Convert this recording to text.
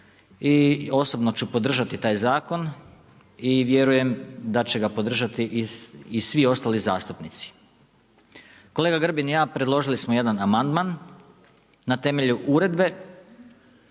i osobno ću podržati taj zakon i vjerujem da će ga podržati i svi ostali zastupnici. Kolega Grbin i ja predložili smo jedan amandman na temelju uredbe